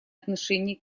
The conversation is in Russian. отношение